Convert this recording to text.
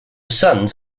sons